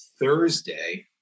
Thursday